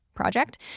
project